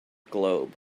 globe